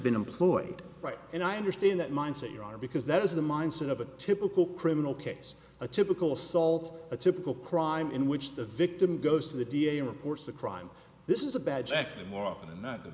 been employed right and i understand that mindset you are because that is the mindset of a typical criminal case a typical assault a typical crime in which the victim goes to the da reports the crime this is a bad check more often than not the